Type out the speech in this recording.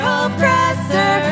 oppressor